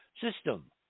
system